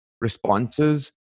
responses